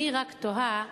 אני רק תוהה,